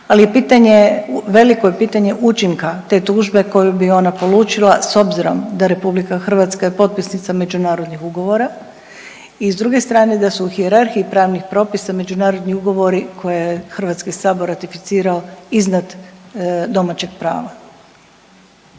je, veliko je pitanje učinka te tužbe koju bi ona polučila s obzirom da RH je potpisnica međunarodnih ugovora i s druge strane da su u hijerarhiji pravnih propisa međunarodni ugovori koje je HS ratificirao iznad domaćeg prava.